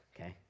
okay